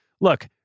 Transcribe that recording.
look